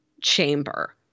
chamber